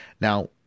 Now